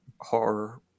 horror